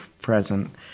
present